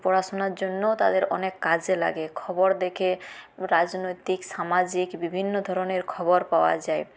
পড়াশুনার জন্যও তাদের অনেক কাজে লাগে খবর দেখে রাজনৈতিক সামাজিক বিভিন্ন ধরনের খবর পাওয়া যায়